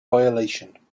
violation